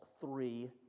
three